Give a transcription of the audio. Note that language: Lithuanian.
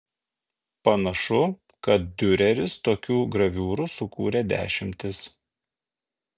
panašu kad diureris tokių graviūrų sukūrė dešimtis